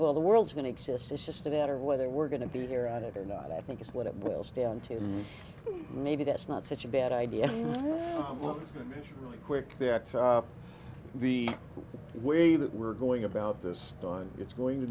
well the world's going to exist it's just a matter of whether we're going to be here at it or not i think is what it boils down to maybe that's not such a bad idea quick that the way that we're going about this on it's going to